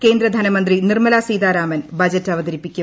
കേന്ദ്ര ധനമന്ത്രി നിർമ്മല സീതാരാമൻ ബൂജ്റ്റ് അവതരിപ്പിക്കും